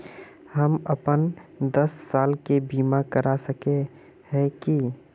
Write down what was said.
हम अपन दस साल के बीमा करा सके है की?